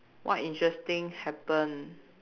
what interesting happen